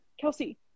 Kelsey